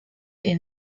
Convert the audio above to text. est